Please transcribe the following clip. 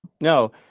no